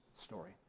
story